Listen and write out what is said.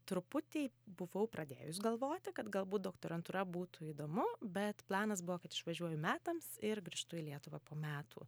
truputį buvau pradėjus galvoti kad galbūt doktorantūra būtų įdomu bet planas buvo kad išvažiuoju metams ir grįžtu į lietuvą po metų